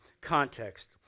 context